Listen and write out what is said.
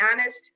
honest